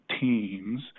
teams